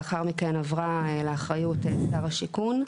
לאחר מכן עברה לאחריות שר השיכון.